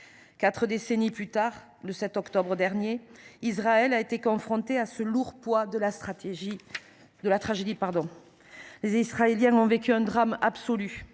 Quatre décennies plus tard, le 7 octobre dernier, Israël a été confronté au lourd poids de la tragédie. Les Israéliens ont vécu un drame absolu